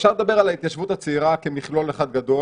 אפשר לדבר על ההתיישבות הצעירה כמכלול אחד גדול.